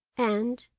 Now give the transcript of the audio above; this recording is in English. and,